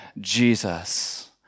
Jesus